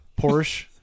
Porsche